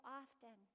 often